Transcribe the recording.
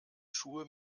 schuhe